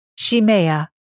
Shimea